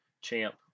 champ